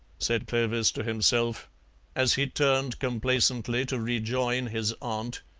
said clovis to himself as he turned complacently to rejoin his aunt.